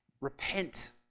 Repent